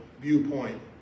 viewpoint